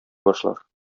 башлар